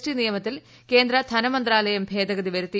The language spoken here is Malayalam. ടി നിയമത്തിൽ കേന്ദ്ര ധനമന്ത്രാലയം ഭേദഗതി വരുത്തി